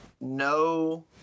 no